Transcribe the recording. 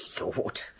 Lord